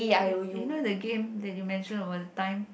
you you know the game that you mention over the time